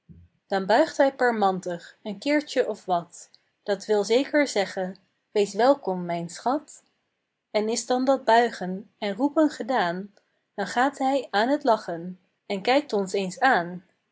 dan buigt hij parmantig een keertjen of wat dat wil zeker zeggen wees welkom mijn schat en is dan dat buigen en roepen gedaan dan gaat hij aan t lachen n kijkt ons eens aan